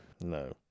No